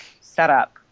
setup